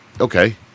okay